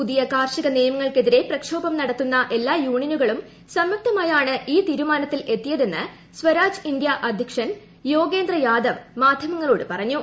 പുതിയ കാർഷിക നിയമങ്ങൾക്കെതിരെ പ്രക്ഷോഭം നടത്തുന്ന എല്ലാ യൂണിയനുകളും സംയുക്തമായാണ് ഈ തീരുമാനത്തിൽ എത്തിയതെന്ന് സ്വരാജ് ഇന്ത്യ അധ്യക്ഷൻ യോഗേന്ദ്ര യാദവ് മാധ്യമങ്ങളോട് പറഞ്ഞു